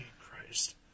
Christ